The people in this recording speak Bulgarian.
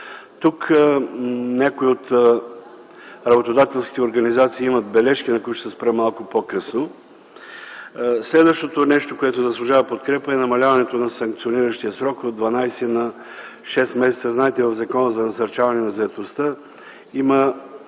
Тук някои от работодателските организации имат бележки, на които ще се спра малко по-късно. Следващото нещо, което заслужава подкрепа, е намаляването на санкциониращия срок от 12 на 6 месеца. Знаете в Закона за насърчаване на заетостта има